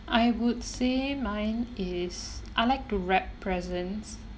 I would say mine is I like to wrap presents